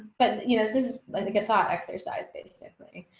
but, you know, this is like a good thought exercise. basically,